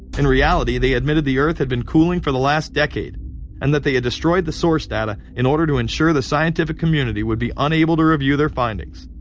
in reality they admitted the earth had been cooling for the last decade and that they had destroyed the source data in order to ensure the scientific community would be unable to review their findings.